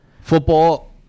Football